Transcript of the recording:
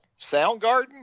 Soundgarden